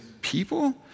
people